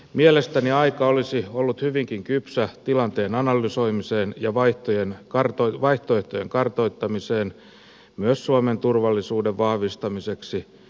mielestäni aika olisi ollut hyvinkin kypsä tilanteen analysoimiseen ja vaihtoehtojen kartoittamiseen myös suomen turvallisuuden vahvistamiseksi jo tässä katsauksessa